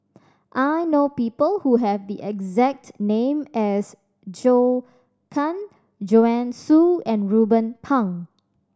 I know people who have the exact name as Zhou Can Joanne Soo and Ruben Pang